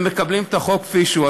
ומקבלים את החוק כפי שהוא.